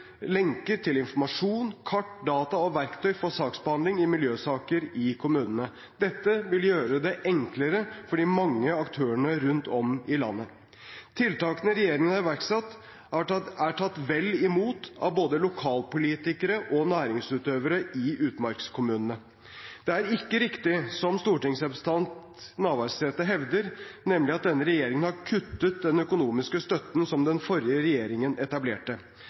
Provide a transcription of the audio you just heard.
lenker til informasjon, kart, data og verktøy for saksbehandling i miljøsaker i kommunene. Dette vil gjøre det enklere for de mange aktørene rundt om i landet. Tiltakene regjeringen har iverksatt, er tatt vel imot av både lokalpolitikere og næringsutøvere i utmarkskommunene. Det er ikke riktig som stortingsrepresentant Navarsete hevder, at denne regjeringen har kuttet den økonomiske støtten den forrige regjeringen etablerte.